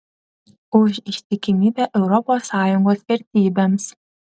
už ištikimybę europos sąjungos vertybėms